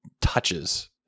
touches